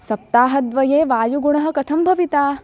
सप्ताहद्वये वायुगुणः कथं भविता